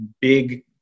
big